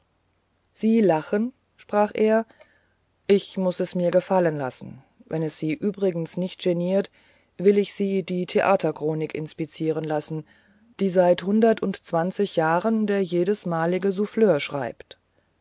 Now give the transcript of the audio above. sie lachen sprach er ich muß es mir gefallen lassen wenn es sie übrigens nicht geniert will ich sie die theaterchronik inspizieren lassen die seit hundertundzwanzig jahren der jedesmalige souffleur schreibt